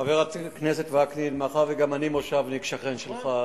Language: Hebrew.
חבר הכנסת וקנין, מאחר שגם אני מושבניק, שכן שלך,